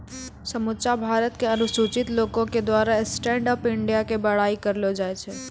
समुच्चा भारत के अनुसूचित लोको के द्वारा स्टैंड अप इंडिया के बड़ाई करलो जाय छै